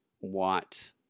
want